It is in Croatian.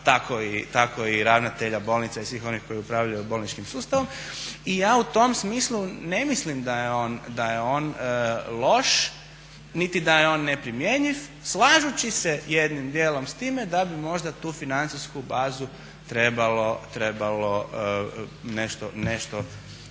tako i ravnatelja bolnica i svih onih koji upravljaju bolničkim sustavu. I ja u tom smislu ne mislim da je on loš niti da je on neprimjenjiv slažući se jednim dijelom s time da bi možda tu financijsku bazu trebalo nešto